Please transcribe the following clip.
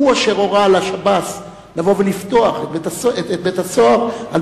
הוא אשר הורה לשב"ס לבוא ולפתוח את בית-הסוהר על